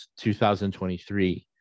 2023